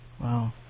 Wow